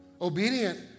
Obedient